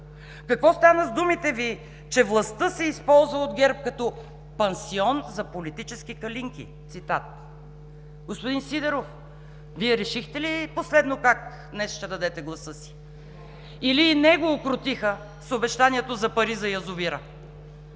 Какво стана с думите Ви, че властта се използва от ГЕРБ като „пансион за политически калинки“, цитат? Господин Сидеров, Вие решихте ли последно как днес ще дадете гласа си или и него укротиха с обещанието за пари за язовира?